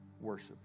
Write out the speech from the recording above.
worship